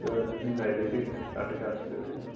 ते तुसेंई लाई लैगे साड्ढे चार सौ देई उडे़यो